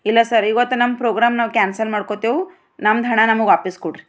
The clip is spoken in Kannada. ಇಲ್ಲ ಸರ್ ಇವತ್ತು ನಮ್ಮ ಪ್ರೋಗ್ರಾಮ್ ನಾವು ಕ್ಯಾನ್ಸಲ್ ಮಾಡ್ಕೋತೇವು ನಮ್ದು ಹಣ ನಮಗೆ ವಾಪಸ್ಸು ಕೊಡ್ರಿ